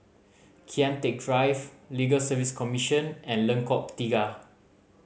Kian Teck Drive Legal Service Commission and Lengkok Tiga